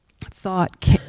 thought